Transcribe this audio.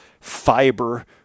fiber